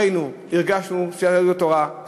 סיעת יהדות התורה,